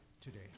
today